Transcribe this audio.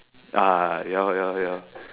uh ya lor ya lor ya lor